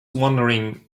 wondering